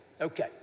Okay